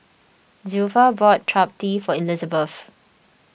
Zilpha bought Chapati for Elizebeth